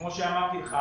כמו שאמרתי לך,